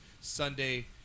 Sunday